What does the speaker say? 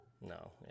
No